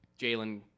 Jalen